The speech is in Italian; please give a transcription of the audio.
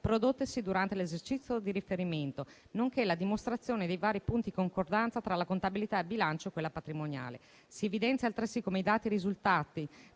prodottesi durante l'esercizio di riferimento, nonché la dimostrazione dei vari punti di concordanza tra la contabilità bilancio e quella patrimoniale. Si evidenzia altresì come dai risultati